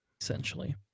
essentially